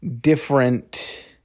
different